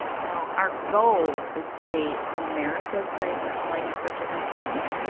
well, our goal is to be america's favorite place for chicken salad,